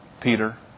Peter